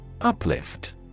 Uplift